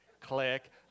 click